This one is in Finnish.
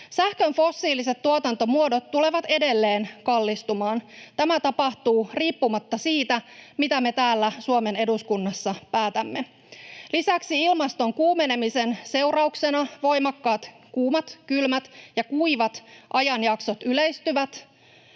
Sähkön fossiiliset tuotantomuodot tulevat edelleen kallistumaan. Tämä tapahtuu riippumatta siitä, mitä me täällä Suomen eduskunnassa päätämme. Lisäksi ilmaston kuumenemisen seurauksena voimakkaat kuumat, kylmät ja kuivat ajanjaksot yleistyvät